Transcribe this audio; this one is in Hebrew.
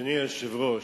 אדוני היושב-ראש,